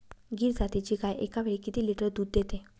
गीर जातीची गाय एकावेळी किती लिटर दूध देते?